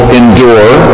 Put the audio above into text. endure